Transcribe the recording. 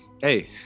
hey